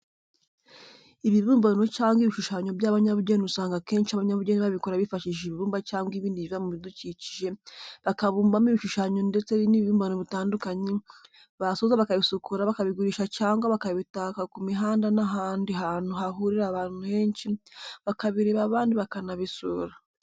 Ibibumbano cyangwa ibishushanyo by'abanyabugeni usanga akenshi abanyabugeni babikora bifashishije ibumba cyangwa ibindi biva mu bidukikije bakabumbamo ibishushanyo ndetse n'ibibumbano bitandukanye, basoza bakabisukura bakabigurisha cyangwa bakabitaka ku mihanda n'ahandi hantu hahurira abantu benshi bakabireba abandi bakanabisura.